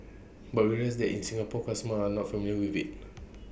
but we realise that in Singapore customers are not familiar with IT